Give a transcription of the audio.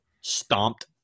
stomped